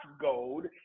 gold